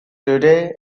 today